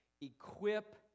equip